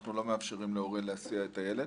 אנחנו לא מאפשרים להורה להסיע את הילד.